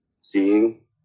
seeing